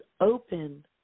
open